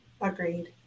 Agreed